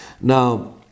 Now